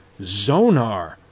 Zonar